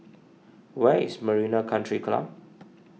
where is Marina Country Club